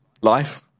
life